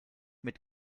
mit